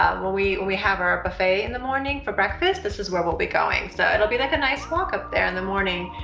we we have our buffet in the morning for breakfast this is where we'll be going so it'll be like a nice walk up there in the morning.